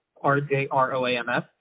R-J-R-O-A-M-S